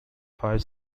fire